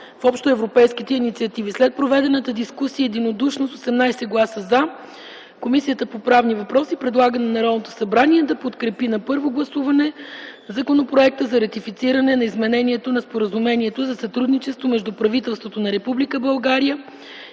в общоевропейските инициативи. След проведената дискусия единодушно с 18 гласа „за” Комисията по правни въпроси предлага на Народното събрание да подкрепи на първо гласуване Законопроекта за ратифициране на изменението на Споразумението за сътрудничество между правителството на